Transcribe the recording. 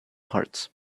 parts